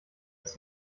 ist